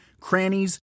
crannies